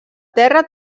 terra